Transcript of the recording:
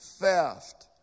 theft